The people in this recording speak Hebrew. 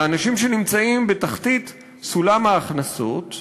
לאנשים שנמצאים בתחתית סולם ההכנסות,